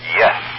yes